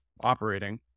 operating